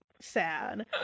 sad